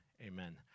amen